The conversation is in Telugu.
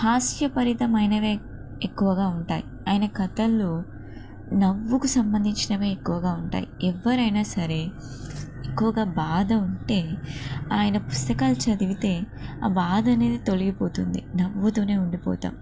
హాస్యపరితమైనవే ఎక్కువగా ఉంటాయి ఆయన కథల్లో నవ్వుకు సంబంధించినవే ఎక్కువగా ఉంటాయి ఎవరైనా సరే ఎక్కువగా బాధ ఉంటే ఆయన పుస్తకాలు చదివితే ఆ బాధనేది తొలగిపోతుంది నవ్వుతూనే ఉండిపోతాం